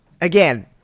again